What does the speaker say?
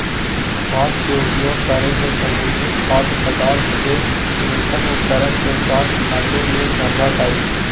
हाथ के उपयोग करके समुद्री खाद्य पदार्थ के न्यूनतम उपकरण के साथ काटे ले संभव हइ